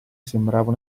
sembrava